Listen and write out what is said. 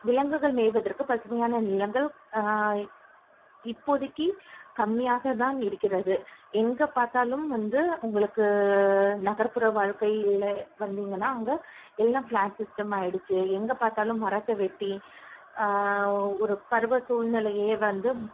விலங்குகள் மேய்வதற்கு பசுமையான நிலங்கள் இப்போதைக்கி கம்மியாக தான் இருக்கிறது எங்கே பார்த்தாலும் வந்து உங்களுக்கு நகர்ப்புற வாழ்க்கையில்ல வந்திங்கன்னால் அங்கே எல்லாம் ஃப்ளாட் சிஸ்டம் ஆயிடுச்சு எங்கே பார்த்தாலும் மரத்தை வெட்டி ஒ ஒரு பருவ சூழ்நிலையே வந்து